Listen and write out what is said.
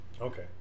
okay